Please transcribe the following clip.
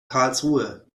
karlsruhe